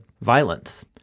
violence